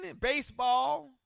baseball